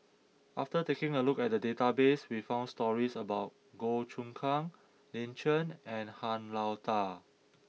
after taking a look at the database we found stories about Goh Choon Kang Lin Chen and Han Lao Da